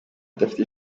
adafite